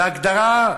להגדרה,